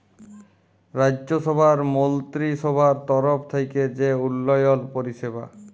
রাজ্যসভার মলত্রিসভার তরফ থ্যাইকে যে উল্ল্যয়ল পরিষেবা